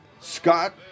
Scott